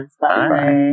bye